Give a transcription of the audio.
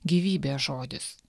gyvybės žodis